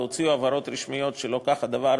והוציאו הבהרות רשמיות שלא כך הדבר,